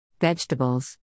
Vegetables